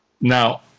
Now